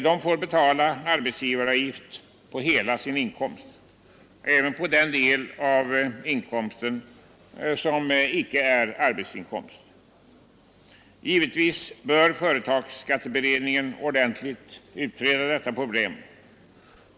De får betala arbetsgivaravgift på hela sin inkomst, även på den del som icke är arbetsinkomst. Givetvis bör företagsskatteberedningen ordentligt utreda detta problem.